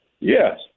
Yes